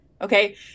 Okay